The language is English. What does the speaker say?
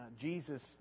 Jesus